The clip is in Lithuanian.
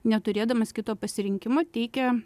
neturėdamas kito pasirinkimo teikia